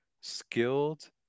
skilled